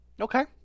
okay